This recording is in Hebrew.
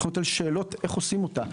יש שאלות איך עושים אותה.